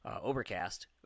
Overcast